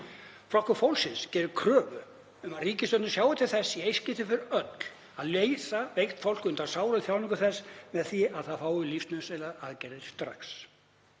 Flokkur fólksins gerir kröfu um að ríkisstjórnin sjái til þess í eitt skipti fyrir öll að leysa veikt fólk undan sárum þjáningum með því að það fái lífsnauðsynlegar aðgerðir strax.